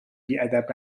بیادب